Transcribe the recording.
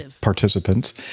participants